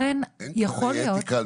לכן יכול להיות -- אין כללי אתיקה על